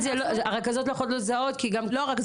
אז אחד זה הרכזות לא יכולות לזהות --- לא הרכזות,